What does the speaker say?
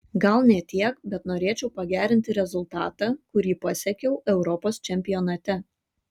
gal ne tiek bet norėčiau pagerinti rezultatą kurį pasiekiau europos čempionate